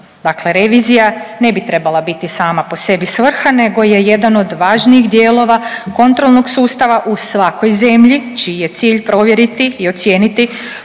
Dakle, revizija ne bi trebala biti sama po sebi svrha nego je jedan od važnijih dijelova kontrolnog sustava u svakoj zemlji čiji je cilj provjeriti i ocijeniti